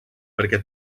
perquè